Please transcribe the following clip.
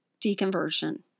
deconversion